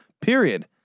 Period